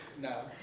No